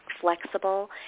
flexible